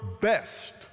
best